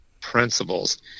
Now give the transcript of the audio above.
principles